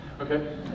Okay